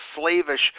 slavish